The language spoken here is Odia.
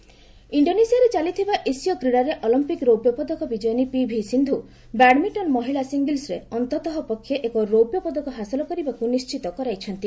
ଏସିଆନ୍ ଗେମ୍ସ୍ ଇଣ୍ଡୋନେସିଆରେ ଚାଲିଥିବା ଏସୀୟ କ୍ରୀଡ଼ାରେ ଅଲମ୍ପିକ୍ ରୌପ୍ୟପଦକ ବିଜୟିନୀ ପିଭି ସିନ୍ଧ୍ ବ୍ୟାଡ୍ମିଣ୍ଟନ ମହିଳା ସିଙ୍ଗଲ୍ସ୍ରେ ଅନ୍ତତଃପକ୍ଷେ ଏକ ରୌପ୍ୟ ପଦକ ହାସଲ କରିବାକୁ ନିଣ୍ଚିତ କରାଇଛନ୍ତି